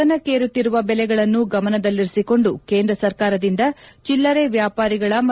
ಗಗನಕ್ಷೇರುತ್ತಿರುವ ಬೆಲೆಗಳನ್ನು ಗಮನದಲ್ಲಿರಿಸಿಕೊಂಡು ಕೇಂದ್ರ ಸರ್ಕಾರದಿಂದ ಚಿಲ್ಲರೆ ವ್ಯಾಪಾರಿಗಳ ಮತ್ತು